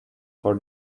for